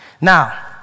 Now